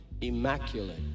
immaculate